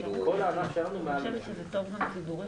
אז אני אגיד לך את ההיגיון,